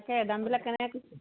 তাকে দামবিলাক কেনেকৈ